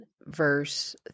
verse